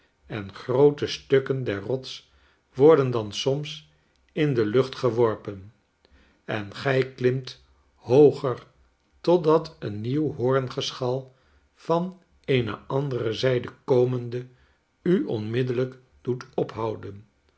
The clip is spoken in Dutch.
en groote stukken der rots worden dan soms in de lucht geworpen en gij klimt hooger totdat een nieuw hoorngeschal van eene andere zijde komende u onmiddellijk doet ophouden